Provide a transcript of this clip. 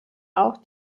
auch